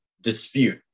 dispute